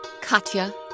Katya